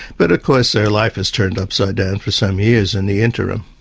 but of course their life is turned upside down for some years in the interim.